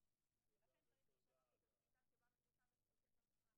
ולכן צריך לשנות את השיטה שבה מחושב היקף המשרה.